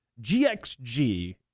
GXG